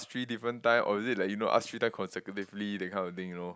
three different time or is it like you know ask three time consecutively that kind of thing you know